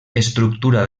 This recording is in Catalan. estructura